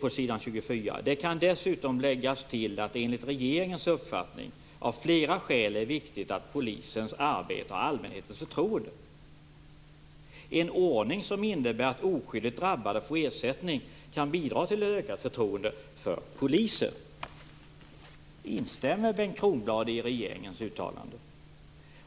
på s. 24: "Det kan dessutom läggas till att det enligt regeringens uppfattning av flera skäl är viktigt att polisens arbete har allmänhetens förtroende. - En ordning som innebär att oskyldigt drabbade får ersättning kan bidra till ett ökat förtroende för polisen." Instämmer Bengt Kronblad i regeringens uttalande?